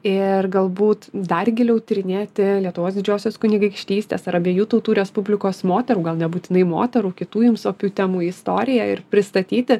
ir galbūt dar giliau tyrinėti lietuvos didžiosios kunigaikštystės ar abiejų tautų respublikos moterų gal nebūtinai moterų kitų jums opių temų istoriją ir pristatyti